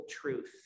truth